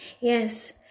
Yes